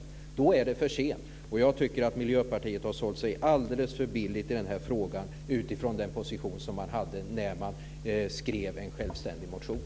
Men då är det för sent. Jag tycker att Miljöpartiet har sålt sig alldeles för billigt i den här frågan utifrån den position som man hade när man skrev en självständig motion.